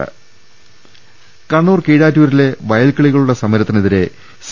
രുവെട്ട്ടറുള കണ്ണൂർ കീഴാറ്റൂരിലെ വയൽക്കിളികളുടെ സമരത്തിനെതിരെ സി